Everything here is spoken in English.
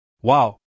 Wow